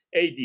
AD